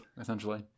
essentially